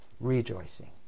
rejoicing